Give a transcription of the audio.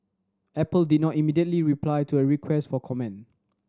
Apple did not immediately reply to a request for comment